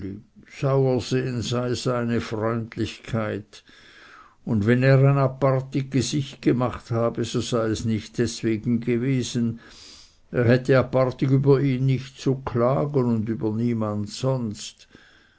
seine freundlichkeit und wenn er ein apartig gesicht gemacht habe so sei es nicht seinetwegen gewesen er hätte apartig über ihn nicht zu klagen und über niemand sonst